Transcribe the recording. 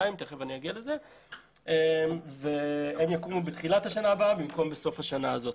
200. הם יקומו בתחילת השנה הבאה במקום בסוף השנה הזאת.